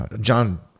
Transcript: John